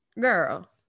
girl